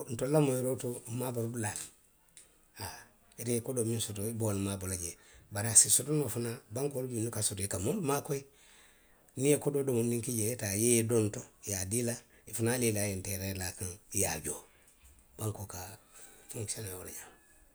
Ntolu la moyiroo to, maaboori dulaa loŋ haa. ite ye kodoo miŋ soto i be wo le maaboo la jee; bari a se sotonoo fanaŋ bankoo minnu ka soto i ka moolu maakoyi. niŋ i ye kodoo domondiŋ ki jee, i ye taa. i ye i donto, i ye a dii la, i fanaŋ ye i la enteree laa a kaŋ, i ye a joo. bankoo ka fonkisiyonee wo le ňaama